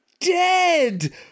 dead